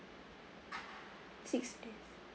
six days